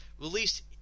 released